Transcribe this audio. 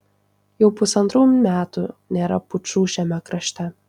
jau pusantrų metų nėra pučų šiame krašte